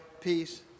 peace